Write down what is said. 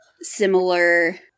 similar